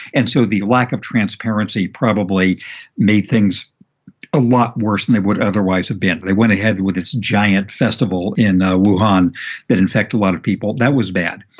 and so the lack of transparency probably made things a lot worse than they would otherwise have been. they went ahead with its giant festival in wuhan that in fact, a lot of people. that was bad.